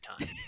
time